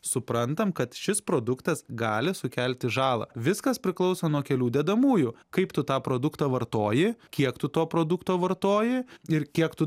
suprantam kad šis produktas gali sukelti žalą viskas priklauso nuo kelių dedamųjų kaip tu tą produktą vartoji kiek tu to produkto vartoji ir kiek tu